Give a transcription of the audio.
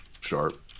sharp